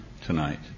tonight